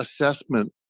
assessment